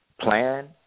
plan